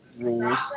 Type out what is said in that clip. rules